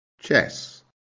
Chess